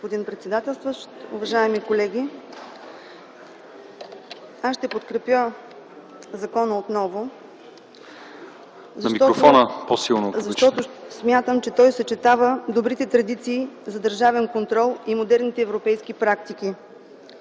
Благодаря, господин председател. Уважаеми колеги, аз ще подкрепя закона отново, защото смятам, че той съчетава добрите традиции за държавен контрол и модерните европейски практики